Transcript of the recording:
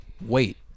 wait